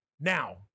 now